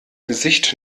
gesicht